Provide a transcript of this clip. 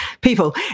people